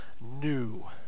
new